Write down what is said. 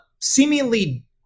seemingly